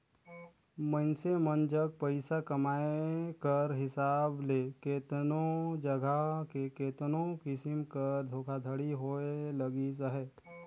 मइनसे मन जग पइसा कमाए कर हिसाब ले केतनो जगहा में केतनो किसिम कर धोखाघड़ी होए लगिस अहे